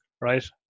Right